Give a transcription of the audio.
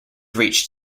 reached